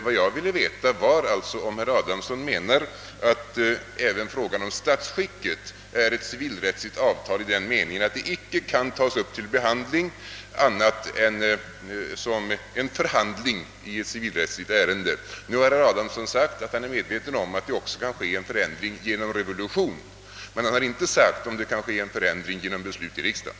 Vad jag ville veta var, om herr Adamsson menar att även frågan om statsskicket är ett civilrättsligt avtal i den meningen att den icke kan tas upp annat än vid en civilrättslig förhandling. Nu har herr Adamsson sagt att han är medveten om att det också kan ske en förändring genom revolution, men han har inte sagt om det kan ske en förändring genom beslut i riksdagen.